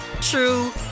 true